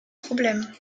problèmes